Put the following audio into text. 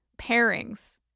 pairings